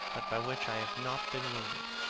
but by which i have not been wounded.